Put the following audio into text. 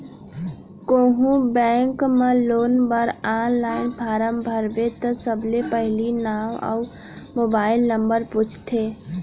कोहूँ बेंक म लोन बर आनलाइन फारम भरबे त सबले पहिली नांव अउ मोबाइल नंबर पूछथे